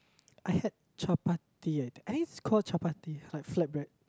I had chapati i think I think it's called chapati like flat bread